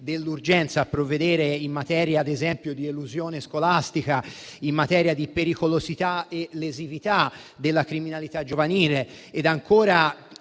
dell'urgenza a provvedere in materia, ad esempio, di elusione scolastica, in materia di pericolosità e lesività della criminalità giovanile, ed ancora